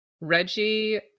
Reggie